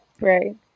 Right